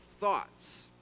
thoughts